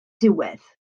diwedd